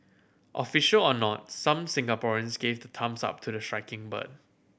official or not some Singaporeans gave the thumbs up to the striking bird